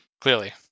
Clearly